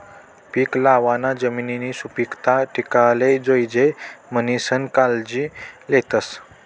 पीक लावाना जमिननी सुपीकता टिकाले जोयजे म्हणीसन कायजी लेतस